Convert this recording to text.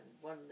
one